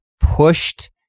pushed